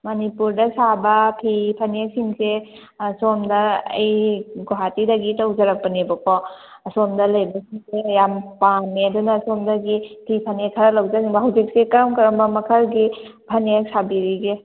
ꯃꯅꯤꯄꯨꯔꯗ ꯁꯥꯕ ꯐꯤ ꯐꯅꯦꯛꯁꯤꯡꯁꯦ ꯁꯣꯝꯗ ꯑꯩ ꯒꯧꯍꯥꯇꯤꯗꯒꯤ ꯇꯧꯖꯔꯛꯄꯅꯦꯕꯀꯣ ꯑꯁꯣꯝꯗ ꯂꯩꯕꯁꯤꯡꯁꯦ ꯌꯥꯝ ꯄꯥꯝꯃꯦ ꯑꯗꯨꯅ ꯁꯣꯝꯗꯒꯤ ꯐꯤ ꯐꯅꯦꯛ ꯈꯔ ꯂꯧꯖꯅꯤꯡꯕ ꯍꯧꯖꯤꯛꯁꯦ ꯀꯔꯝ ꯀꯔꯝꯕ ꯃꯈꯜꯒꯤ ꯐꯅꯦꯛ ꯁꯥꯕꯤꯔꯤꯒꯦ